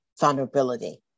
vulnerability